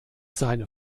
seine